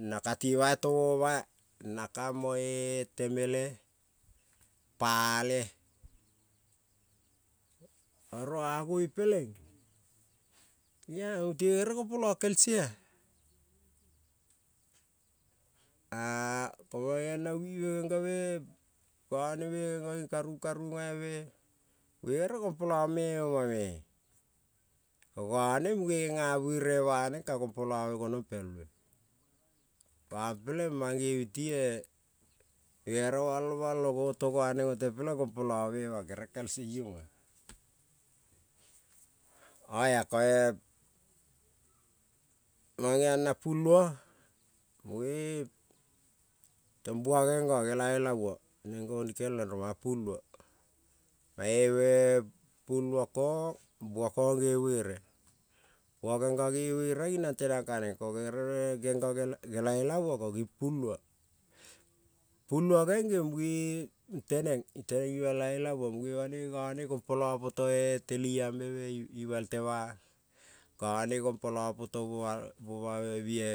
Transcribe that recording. Naka te bai tomoma-a naka moe temele pale, oro agoi peleng iama mute gere gopola kel se-a, ko mang-geong na vive geng-gome ga ne-me geng-go ging karungave-me muge gere gompolaong me omame, gane muge genga verene vaneng ka gompolave gonong pelve, gang peleng mangeving ti-e gerel balo balo ko togo aneng ote peleng gompolave ma gere kel se iong-nga, oia kae mang-geong na pulva, muge tong bua geng-onga gela elamua tineng goni kelneng nong manga pulva pulva kong bua kong ge vere bua, geng go ge vere i-nang tenang ka-neng ko gere-geng-go gela elamua ko ging pulva, pulva geng-ge muge teneng teneng ima la elamua muge banoi gane gompola poto-e teleambene ima el tema gane gampo-la poto, gavaibe bie